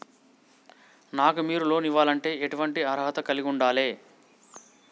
నాకు మీరు లోన్ ఇవ్వాలంటే ఎటువంటి అర్హత కలిగి వుండాలే?